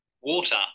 water